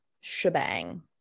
shebang